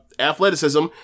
athleticism